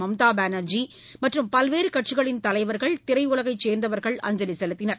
மம்தா பானர்ஜி மற்றும் பல்வேறு கட்சிகளின் தலைவர்கள் திரையுலகைச் சேர்ந்தவர்கள் அஞ்சலி செலுத்தினர்